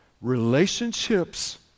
relationships